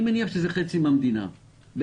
אני מניח שזה חצי מן המדינה בערך.